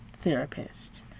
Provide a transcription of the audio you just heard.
therapist